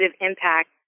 impact